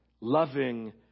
loving